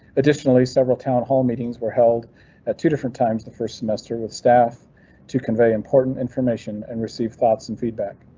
additionally, several town hall meetings were held at two different times, the first semester with staff to convey important information and receive thoughts and feedback.